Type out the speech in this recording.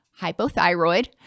hypothyroid